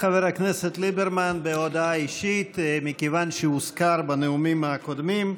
חבר הכנסת אביגדור ליברמן בהודעה אישית מכיוון שהוזכר בנאומים הקודמים.